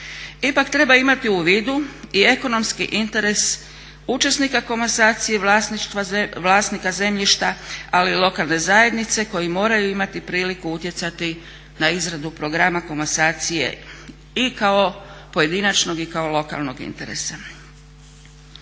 Ipak treba imati u vidu i ekonomski interes učesnika komasacije i vlasnika zemljišta ali i lokalne zajednice koji moraju imati priliku utjecati na izradu programa komasacije i kao pojedinačnog i kao lokalnog interesa.